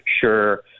Sure